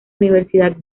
universidad